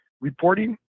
reporting